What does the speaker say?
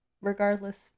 regardless